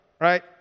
right